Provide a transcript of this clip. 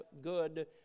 good